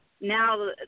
now